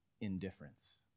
indifference